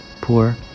poor